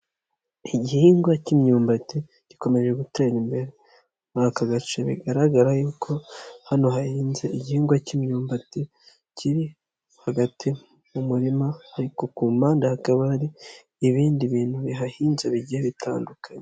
Igihingwa k'imyumbati gikomeje gutera imbere muri aka gace. Bigaragara y'uko hano hahinze igihingwa k'imyumbati kiri hagati mu murima ariko ku mpande hakaba hari ibindi bintu bihahinze bigiye bitandukanye.